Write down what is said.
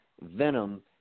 venom